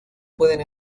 pueden